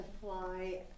fly